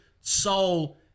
soul